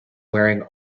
wearing